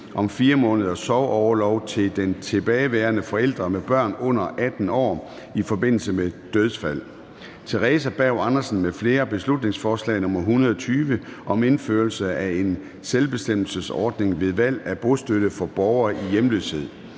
om 4 måneders sorgorlov til den tilbageværende forælder med børn under 18 år i forbindelse med dødsfald (borgerforslag)). Theresa Berg Andersen (SF) m.fl.: Beslutningsforslag nr. B 120 (Forslag til folketingsbeslutning om indførelse af en selvbestemmelsesordning ved valg af bostøtte for borgere i hjemløshed).